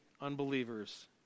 unbelievers